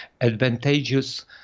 advantageous